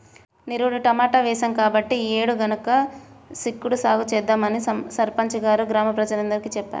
నిరుడు టమాటా వేశాం కాబట్టి ఈ యేడు గనుపు చిక్కుడు సాగు చేద్దామని సర్పంచి గారు గ్రామ ప్రజలందరికీ చెప్పారు